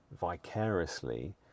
vicariously